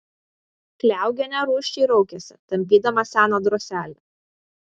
kliaugienė rūsčiai raukėsi tampydama seną droselį